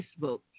Facebook